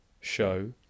show